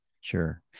Sure